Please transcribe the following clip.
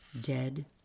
Dead